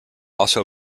also